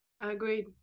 Agreed